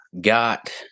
got